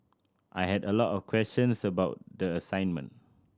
I had a lot of questions about the assignment